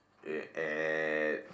eh at